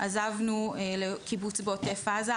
עזבנו לקיבוץ בעוטף עזה,